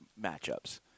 matchups